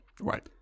Right